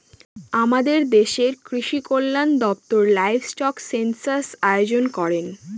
আমাদের দেশের কৃষিকল্যান দপ্তর লাইভস্টক সেনসাস আয়োজন করেন